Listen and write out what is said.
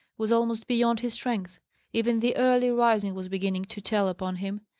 was almost beyond his strength even the early rising was beginning to tell upon him.